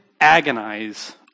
agonize